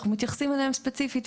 ואנחנו מתייחסים אליהם ספציפית.